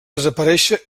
desaparèixer